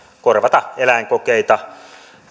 korvata eläinkokeita